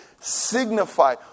signify